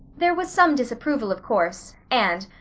there was some disapproval, of course, and.